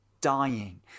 dying